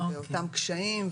אותם קשיים,